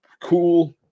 cool